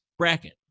Bracket